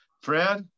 Fred